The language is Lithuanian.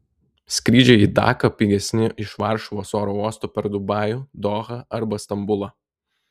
skrydžiai į daką pigesni iš varšuvos oro uosto per dubajų dohą arba stambulą